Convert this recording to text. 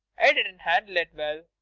i didn't handle it well.